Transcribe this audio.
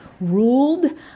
ruled